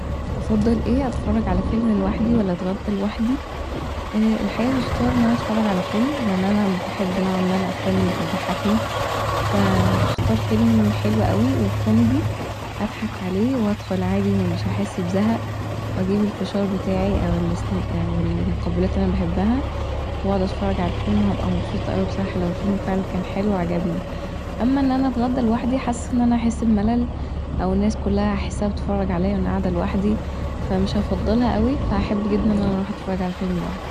أفضل ايه اتفرج علي فيلم لوحدي ولا أتغدي لوحدي الخقيقه هختار ان انا اتفرج علي فيلم لا انا بحب نوعا ما الأفلام اللي بتضحكني فهختار فيلم حلو اوي وكوميدي اضحك عليه وادخل عادي مش هحس بزهق واجيب الفشار بتاعي او المقبلات اللي انا بحبها واقعد اتفرج علي الفيلم وهبقي مبسوطه اوي بصراحه لو الفيلم كان فعلا حلو وعجبني أما ان انا اتغدي لوحدي حاسه ان انا هحس بملل او الناس كلها هحسها بتتفرج عليا وانا قاعده لوحدي فمش هفضلها اوي فهحب جدا ان انا اروح اتفرج علي فيلم لوحدي